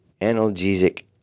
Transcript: analgesic